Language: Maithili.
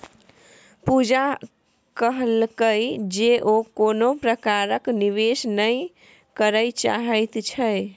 पूजा कहलकै जे ओ कोनो प्रकारक निवेश नहि करय चाहैत छै